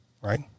Right